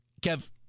Kev